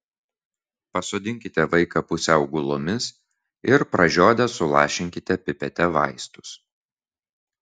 pasodinkite vaiką pusiau gulomis ir pražiodę sulašinkite pipete vaistus